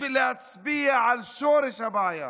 בשביל להצביע על שורש הבעיה.